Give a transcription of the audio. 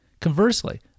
Conversely